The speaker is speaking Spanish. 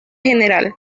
general